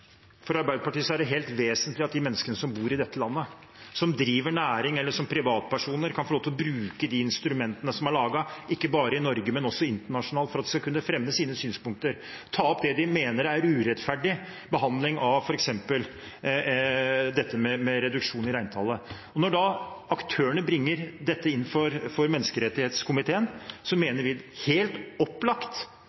For Arbeiderpartiet er det helt vesentlig at menneskene som bor i dette landet, og som driver næring, eller privatpersoner kan få lov til å bruke de instrumentene som er laget, ikke bare i Norge, men også internasjonalt, for å kunne fremme sine synspunkter og ta opp det de mener er urettferdig behandling av f.eks. reduksjon i reintallet. Når aktørene bringer dette inn for menneskerettighetskomiteen,